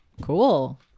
Cool